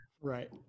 right